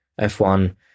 F1